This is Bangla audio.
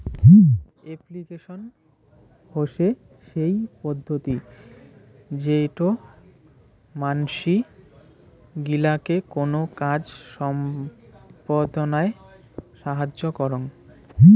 এপ্লিকেশন হসে সেই পদ্ধতি যেইটো মানসি গিলাকে কোনো কাজ সম্পদনায় সাহায্য করং